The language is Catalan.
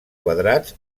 quadrats